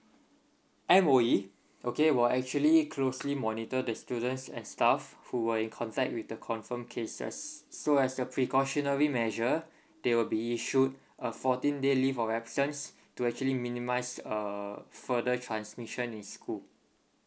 M_O_E okay will actually closely monitor the students and staff who were in contact with the confirmed cases so as the precautionary measure they will be issued a fourteen day leave of absence to actually minimise uh further transmission in school